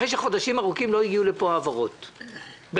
אחרי שחודשים ארוכים לא הגיעו לכאן העברות בכלל,